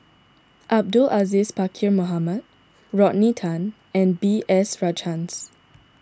Abdul Aziz Pakkeer Mohamed Rodney Tan and B S Rajhans